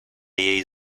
jej